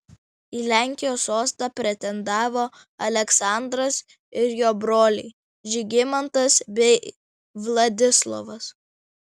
į lenkijos sostą pretendavo aleksandras ir jo broliai žygimantas bei vladislovas